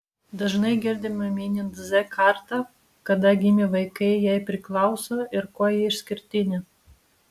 dažnai girdime minint z kartą kada gimę vaikai jai priklauso ir kuo ji išskirtinė